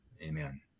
Amen